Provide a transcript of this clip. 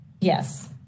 Yes